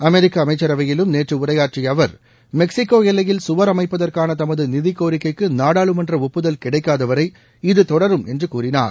அமெரிக்க அமைச்சரவையிலும் நேற்று உரையாற்றிய அவர் மெக்சிகோ எல்லையில் சுவர் அமைப்பதற்கான தமது நிதிக்கோரிக்கைக்கு நாடாளுமன்ற ஒப்புதல் கிடைக்காதவரை இது தொடரும் என்று கூறினார்